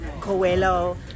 Coelho